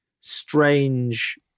strange